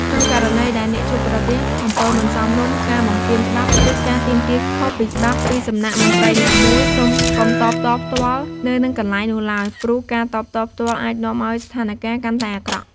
ក្នុងករណីដែលអ្នកជួបប្រទះ អំពើមិនសមរម្យ ការបំពានច្បាប់ ឬការទាមទារខុសពីច្បាប់ ពីសំណាក់មន្ត្រីណាមួយ សូមកុំតបតផ្ទាល់ នៅនឹងកន្លែងនោះឡើយ ព្រោះការតបតផ្ទាល់អាចនាំឱ្យស្ថានការណ៍កាន់តែអាក្រក់។